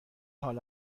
حال